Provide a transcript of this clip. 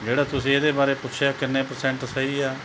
ਜਿਹੜਾ ਤੁਸੀਂ ਇਹਦੇ ਬਾਰੇ ਪੁੱਛਿਆ ਕਿੰਨੇ ਪਰਸੈਂਟ ਸਹੀ ਹੈ